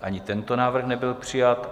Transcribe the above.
Ani tento návrh nebyl přijat.